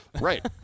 right